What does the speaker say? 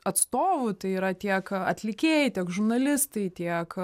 atstovų tai yra tiek atlikėjai tiek žurnalistai tiek